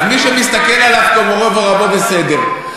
מי שמסתכל עליו כמורו ורבו, בסדר.